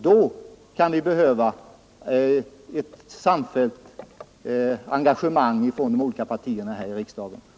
Då kan vi behöva ett samfällt engagemang från de olika partierna i riksdagen.